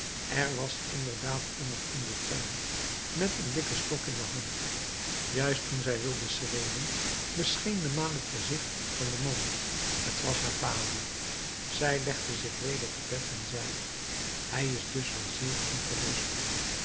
er was inderdaad iemand in den tuin met een dikken stok in de hand juist toen zij wilde schreeuwen bescheen de maan het gezicht van den man t was haar vader zij legde zich weder te bed en zeide hij is dus wel zeer ongerust